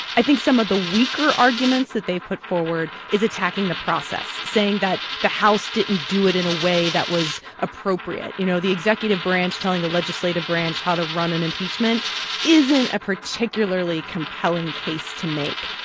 i think some of the weaker arguments that they've put forward is attacking the process, saying saying that the house didn't do it in a way that was appropriate. you know, the executive branch telling the legislative branch how to run an impeachment isn't a particularly compelling case to make.